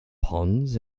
ponds